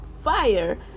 fire